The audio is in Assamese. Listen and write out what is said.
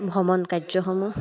ভ্ৰমণ কাৰ্যসমূহ